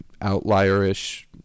outlierish